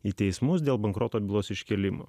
į teismus dėl bankroto bylos iškėlimo